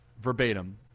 verbatim